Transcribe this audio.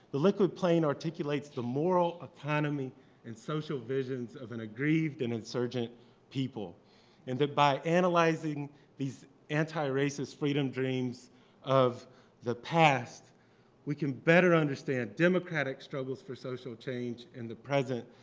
the liquid plain articulates the moral economy and social visions of an aggrieved and insurgent people and that by analyzing these anti-racist freedom dreams of the past we can better understand democratic struggles for social change in the present,